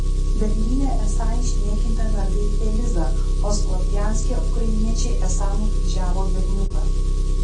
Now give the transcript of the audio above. berlyne esą išniekinta mergaitė liza o slovjanske ukrainiečiai esą nukryžiavo berniuką